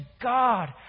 God